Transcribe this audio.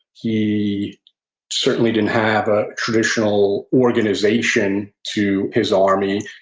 he certainly didn't have a traditional organization to his army,